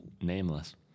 nameless